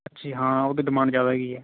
ਅੱਛਾ ਹਾਂ ਉਹਦੀ ਡਿਮਾਂਡ ਜ਼ਿਆਦਾ ਹੈਗੀ ਹੈ